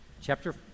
Chapter